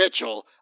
Mitchell